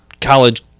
college